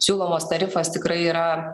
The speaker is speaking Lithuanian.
siūlomas tarifas tikrai yra